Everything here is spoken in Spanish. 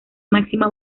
máxima